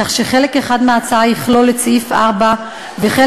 כך שחלק אחד מההצעה יכלול את סעיף 4 וחלק